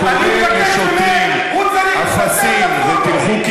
אתה תוכל להגיב אחר כך, לפי התקנון.